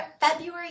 February